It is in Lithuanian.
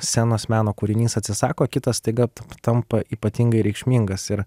scenos meno kūrinys atsisako kitas staiga tampa ypatingai reikšmingas ir